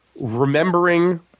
remembering